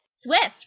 Swift